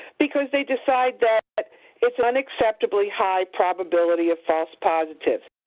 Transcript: because they decide that it's an unacceptably high probability of false positives.